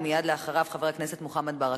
ומייד אחריו חבר הכנסת מוחמד ברכה.